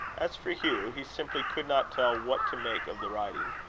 as for hugh, he simply could not tell what to make of the writing.